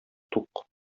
тук